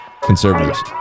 conservatives